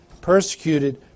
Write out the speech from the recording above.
persecuted